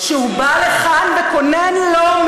תשאלי את